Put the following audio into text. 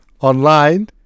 online